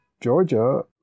Georgia